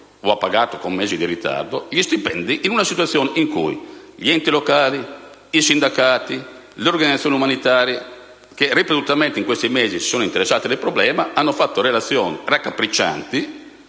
li ha pagati con mesi di ritardo), in una situazione in cui gli enti locali, i sindacati, le organizzazioni umanitarie, che ripetutamente in questi mesi si sono interessati del problema, hanno fatto relazioni raccapriccianti